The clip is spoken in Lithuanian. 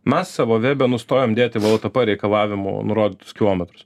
mes savo vebe nustojom dėti wltp reikalavimu nurodytus kilometrus